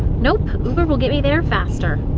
nope, uber will get me there faster.